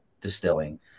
distilling